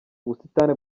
ubusitani